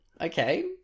Okay